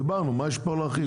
דיברנו, מה יש להרחיב?